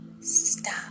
stop